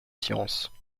sciences